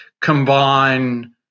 combine